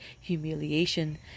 humiliation